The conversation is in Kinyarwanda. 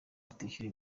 atishyura